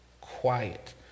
quiet